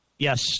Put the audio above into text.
Yes